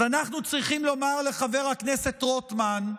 אז אנחנו צריכים לומר לחבר הכנסת רוטמן: